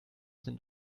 sind